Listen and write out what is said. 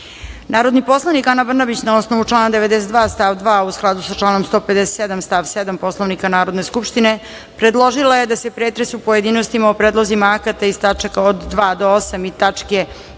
poslanik Ana Brnabić na osnovu člana 92. stav 2, a u skladu sa članom 157. stav 7. Poslovnika Narodne skupštine, predložila je da se pretres u pojedinostima o Predlozima akata iz tačaka od 2. do 8. i tačke